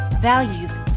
values